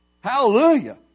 Hallelujah